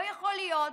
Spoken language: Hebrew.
לא יכול להיות